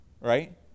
right